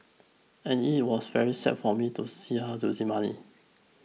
and it was very sad for me to see her losing money